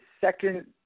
second